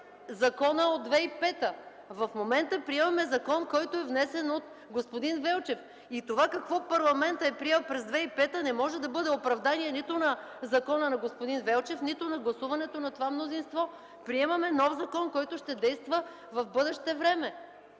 закона от 2005 г.! В момента приемаме закон, който е внесен от господин Велчев! Това какво парламентът е приел през 2005, не може да бъде оправдание нито за закона на господин Велчев, нито за гласуването на това мнозинство! Приемаме нов закон, който ще действа в бъдеще време.